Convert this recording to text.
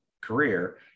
career